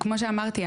כמו שאמרתי,